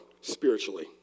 spiritually